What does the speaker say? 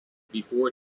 before